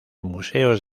museos